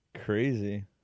Crazy